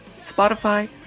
Spotify